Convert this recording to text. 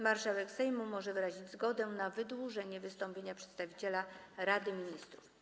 Marszałek Sejmu może wyrazić zgodę na wydłużenie wystąpienie przedstawiciela Rady Ministrów.